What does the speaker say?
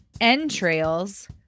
Entrails